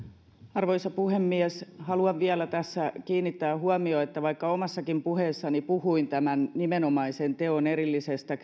arvoisa puhemies haluan vielä tässä kiinnittää huomiota siihen että vaikka omassakin puheessani puhuin tämän nimenomaisen teon erillisestä